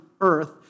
earth